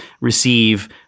receive